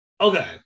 Okay